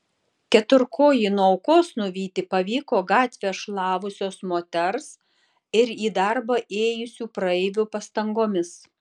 keturkojį nuo aukos nuvyti pavyko gatvę šlavusios moters ir į darbą ėjusių praeivių pastangomis